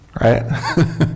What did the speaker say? Right